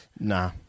Nah